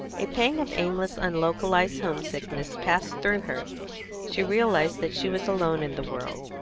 a pang of aimless, unlocalised homesickness passed through her she realised that she was alone in the world.